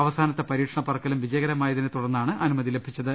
അവസാനത്തെ പരീക്ഷണ പറക്കലും വിജയകരമായതിനെതൂട്ടർന്നാണ് അനുമ തി ലഭിച്ചത്